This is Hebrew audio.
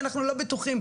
כי אנחנו לא בטוחים.